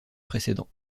précédent